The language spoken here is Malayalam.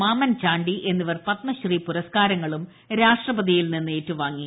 മാമൻ ചാണ്ടി എന്നിവർ പത്മശ്രീ പുരസ്ക്കാരങ്ങളും രാഷ്ട്രപതിയിൽ നിന്ന് ഏറ്റുവാങ്ങി